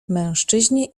mężczyźnie